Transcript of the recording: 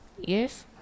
yes